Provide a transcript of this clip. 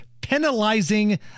penalizing